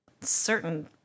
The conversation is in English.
certain